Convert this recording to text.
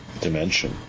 dimension